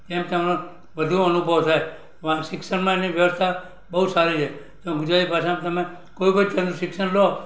તેમ તમારે વધુ અનુભવ થાય શિક્ષણમાં એની વ્યવસ્થા બહુ સારી છે તો ગુજરાતી ભાષાનો તમે કોઈ કોઈ તમે શિક્ષણ લો